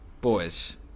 Boys